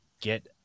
get